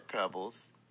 Pebbles